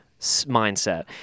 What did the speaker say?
mindset